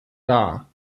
dar